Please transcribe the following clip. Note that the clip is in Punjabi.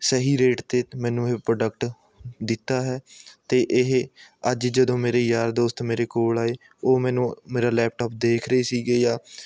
ਸਹੀ ਰੇਟ 'ਤੇ ਮੈਨੂੰ ਇਹ ਪ੍ਰੋਡਕਟ ਦਿੱਤਾ ਹੈ ਅਤੇ ਇਹ ਅੱਜ ਜਦੋਂ ਮੇਰੇ ਯਾਰ ਦੋਸਤ ਮੇਰੇ ਕੋਲ ਆਏ ਉਹ ਮੈਨੂੰ ਮੇਰਾ ਲੈਪਟੋਪ ਦੇਖ ਰਹੇ ਸੀ ਜਾਂ